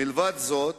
מלבד זאת